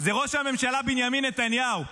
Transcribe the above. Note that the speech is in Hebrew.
זה ראש הממשלה בנימין נתניהו.